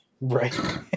Right